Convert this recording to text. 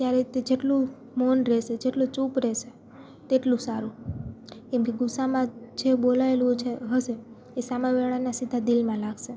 ત્યારે તે જેટલું મૌન રહેશે જેટલું ચૂપ રહેશે તેટલું સારું કેમ કે ગુસ્સામાં જે બોલાએલું જે હશે એ સામેવાળાને સીધા દિલમાં લાગશે